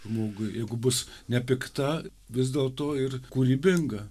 žmogui jeigu bus nepikta vis dėl to ir kūrybinga